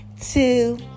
two